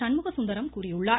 சண்முக சுந்தரம் கூறியுள்ளார்